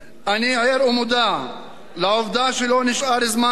אני ער ומודע לעובדה שלא נשאר זמן רב